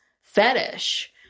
fetish